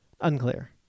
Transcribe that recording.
Unclear